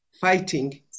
fighting